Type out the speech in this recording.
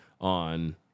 on